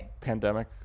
pandemic